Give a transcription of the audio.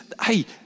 Hey